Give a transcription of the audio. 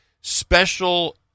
special